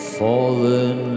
fallen